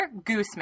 Gooseman